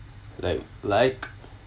like like